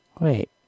Wait